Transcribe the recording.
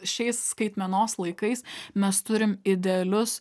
šiais skaitmenos laikais mes turim idealius